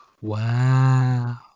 Wow